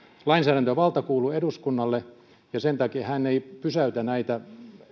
lainsäädäntövalta kuuluu eduskunnalle ja sen takia hän ei pysäytä näitä